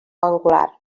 angular